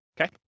okay